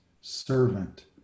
servant